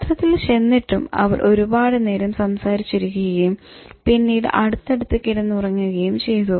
സത്രത്തിൽ ചെന്നിട്ടും അവർ ഒരുപാട് നേരം സംസാരിച്ചിരിക്കുകയും പിന്നീട് അടുത്തടുത്ത് കിടന്നുറങ്ങുകയും ചെയ്തു